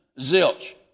Zilch